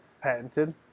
Patented